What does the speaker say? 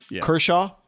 Kershaw